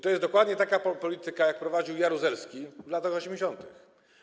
Tu jest dokładnie taka polityka, jaką prowadził Jaruzelski w latach 80.